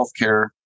healthcare